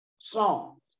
songs